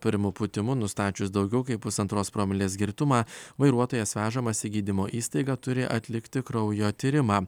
pirmu pūtimu nustačius daugiau kaip pusantros promilės girtumą vairuotojas vežamas į gydymo įstaigą turi atlikti kraujo tyrimą